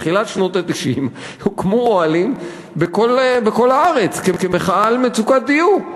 בתחילת שנות ה-90 הוקמו אוהלים בכל הארץ כמחאה על מצוקת דיור.